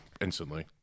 instantly